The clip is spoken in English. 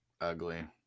Ugly